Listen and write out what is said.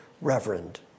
reverend